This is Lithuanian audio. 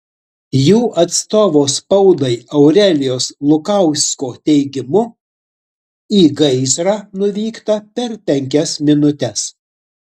jų atstovo spaudai aurelijaus lukausko teigimu į gaisrą nuvykta per penkias minutes